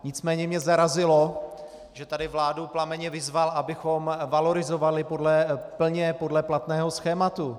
Nicméně mě zarazilo, že tady vládu plamenně vyzval, abychom valorizovali plně podle platného schématu.